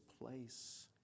place